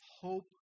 hope